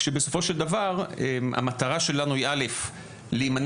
כשבסופו של דבר המטרה שלנו היא ראשית להימנע